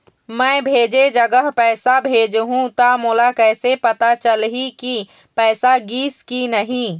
मैं भेजे जगह पैसा भेजहूं त मोला कैसे पता चलही की पैसा गिस कि नहीं?